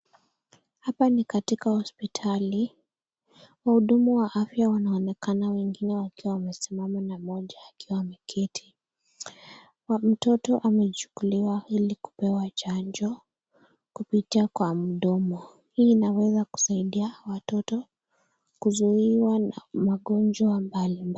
Hapa ni katika hospitali ,mhudumu wa afya wanaonekana wengine wakiwa wamesimama na mmoja akiwa ameketi. Mtoto ameshukuliwa ili kupewa chanjo kupita kwa mdomo hii inaweza kusaidia watoto kuzuiwa na magonjwa mbalimbali.